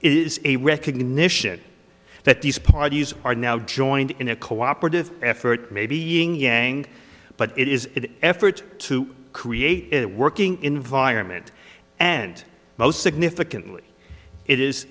is a recognition that these parties are now joined in a cooperative effort maybe yingyang but it is an effort to create a working environment and most significantly it is